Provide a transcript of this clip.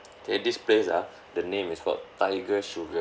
kay this place ah the name is called tiger sugar